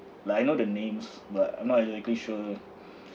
like I know the names but I'm not exactly sure